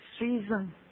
season